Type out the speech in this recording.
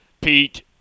Pete